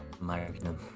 Magnum